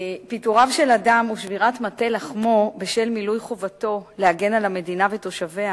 פיטוריו של אדם ושבירת מטה לחמו בשל מילוי חובתו להגן על המדינה ותושביה